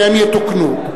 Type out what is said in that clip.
שהם יתוקנו,